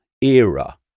era